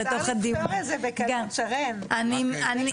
אבל אני ער לכך שאם ואנחנו לא נותנים למורים באולפנים משכורת טובה,